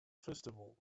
festival